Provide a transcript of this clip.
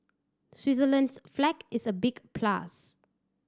Switzerland's flag is a big plus